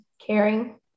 Caring